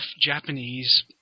Japanese